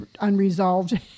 unresolved